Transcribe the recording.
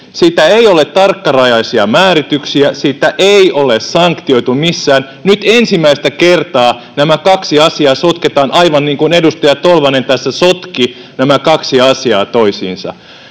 Siitä ei ole tarkkarajaisia määrityksiä, siitä ei ole sanktioitu missään. Nyt ensimmäistä kertaa nämä kaksi asiaa sotketaan, aivan niin kuin edustaja Tolvanen tässä sotki nämä kaksi asiaa toisiinsa.